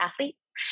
athletes